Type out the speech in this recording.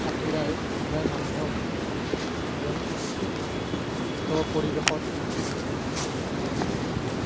সাঁতোৰাই সদায় মানুহক এজন সুস্থ পৰিৱেশত